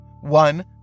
one